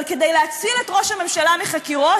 אבל כדי להציל את ראש הממשלה מחקירות,